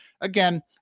Again